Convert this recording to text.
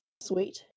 sweet